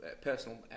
personal